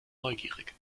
neugierig